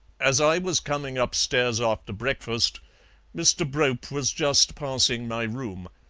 as i was coming upstairs after breakfast mr. brope was just passing my room.